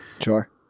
Sure